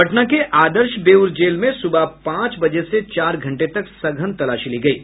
पटना के आदर्श बेऊर जेल में सुबह पांच बजे से चार घंटे तक सघन तलाशी ली गयी